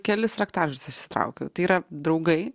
kelis raktažodžius išsitraukiau tai yra draugai